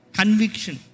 conviction